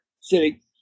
City